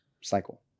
cycle